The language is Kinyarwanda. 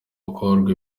hakorwa